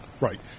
Right